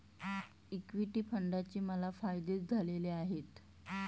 equity फंडाचे मला फायदेच झालेले आहेत